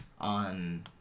on